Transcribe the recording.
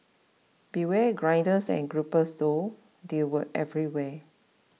beware grinders and gropers though they were everywhere